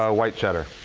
ah white cheddar.